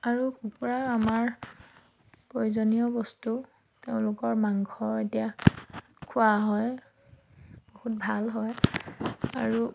আৰু কুকুৰা আমাৰ প্ৰয়োজনীয় বস্তু তেওঁলোকৰ মাংস এতিয়া খোৱা হয় বহুত ভাল হয় আৰু